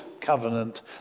covenant